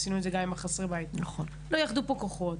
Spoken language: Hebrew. ועשינו זאת גם עם חסרי הבית לא יאחדו פה כוחות